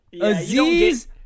Aziz